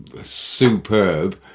superb